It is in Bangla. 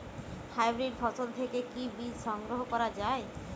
হাইব্রিড ফসল থেকে কি বীজ সংগ্রহ করা য়ায়?